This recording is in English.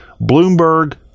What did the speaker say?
bloomberg